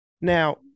now